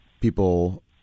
people